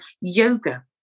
yoga